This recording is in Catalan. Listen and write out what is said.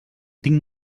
tinc